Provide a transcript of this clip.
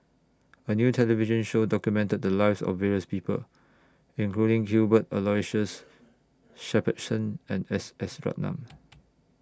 A New television Show documented The Lives of various People including Cuthbert Aloysius Shepherdson and S S Ratnam